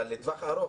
אבל לטווח ארוך,